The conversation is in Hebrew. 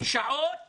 שעות